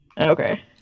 Okay